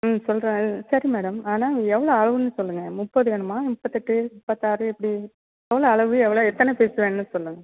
ம் சொல்கிறேன் சரி மேடம் ஆனால் எவ்வளோ ஆகும்னு சொல்லுங்கள் முப்பது வேணுமா முப்பத்தெட்டு முப்பத்தாறு இப்படி எவ்வளோ அளவு எவ்வளோ எத்தனை சைஸ் வேணும்னு சொல்லுங்கள்